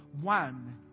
One